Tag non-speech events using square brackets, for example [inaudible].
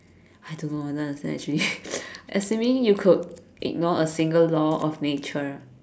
I don't know I don't understand actually [laughs] assuming you could ignore a single law of nature